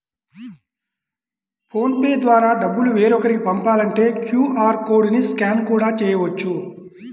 phone pay ద్వారా డబ్బులు వేరొకరికి పంపాలంటే క్యూ.ఆర్ కోడ్ ని స్కాన్ కూడా చేయవచ్చు